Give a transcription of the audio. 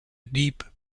deep